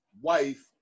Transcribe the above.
wife